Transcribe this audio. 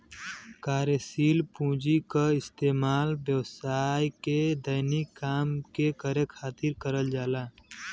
कार्यशील पूँजी क इस्तेमाल व्यवसाय के दैनिक काम के खातिर करल जाला